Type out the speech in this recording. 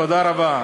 תודה רבה.